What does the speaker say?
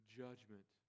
judgment